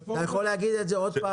אתה יכול להגיד את זה עוד פעם לפרוטוקול?